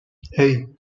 hey